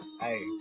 Hey